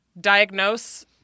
diagnose